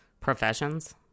professions